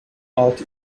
art